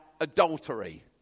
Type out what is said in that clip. adultery